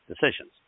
decisions